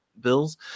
bills